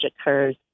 occurs